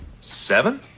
Seven